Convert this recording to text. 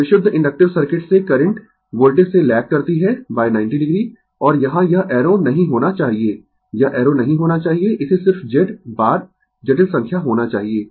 तो विशुद्ध inductive circuit से करंट वोल्टेज से लैग करती है 90 o और यहां यह एरो नहीं होना चाहिए यह एरो नहीं होना चाहिए इसे सिर्फ Z बार जटिल संख्या होना चाहिए